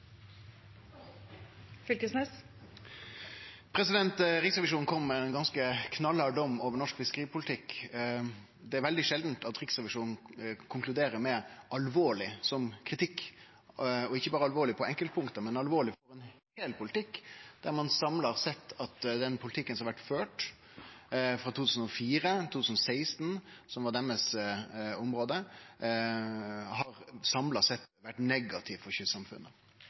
veldig sjeldan at Riksrevisjonen konkluderer med kritikken «Alvorlig», og ikkje berre alvorleg på enkeltpunkt, men alvorleg når det gjeld generell politikk, der ein har sett at den politikken som har vore ført frå 2004 til 2016, som var perioden dei såg på, samla sett har vore negativ for kystsamfunna.